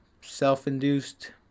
self-induced